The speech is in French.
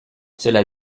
cela